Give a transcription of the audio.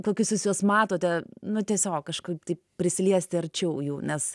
kokius jūs juos matote nu tiesiog kažkaip tai prisiliesti arčiau jų nes